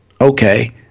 Okay